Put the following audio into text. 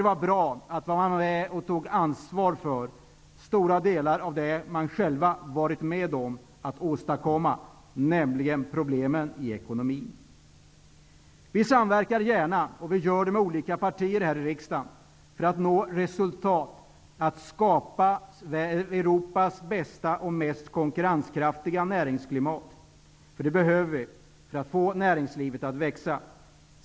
Det var bra att de var med och tog ansvar för stora delar av det som de själva varit med om att åstadkomma, nämligen problemen i ekonomin. Vi samverkar gärna med olika partier här i riksdagen för att nå resultat och skapa Europas bästa och mest konkurrenskraftiga näringsklimat. Det behöver vi för att få näringslivet att växa.